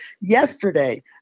yesterday